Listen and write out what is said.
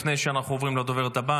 לפני שאנחנו עוברים לדוברת הבאה,